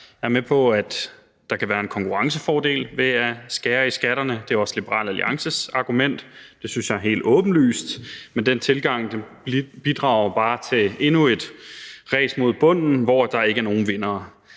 Jeg er med på, at der kan være en konkurrencefordel ved at skære i skatterne. Det er også Liberal Alliances argument. Det synes jeg er helt åbenlyst, men den tilgang bidrager bare til endnu et ræs mod bunden, hvor der ikke er nogen vindere.